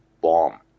bomb